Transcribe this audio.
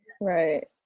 right